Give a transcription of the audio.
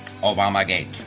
obamagate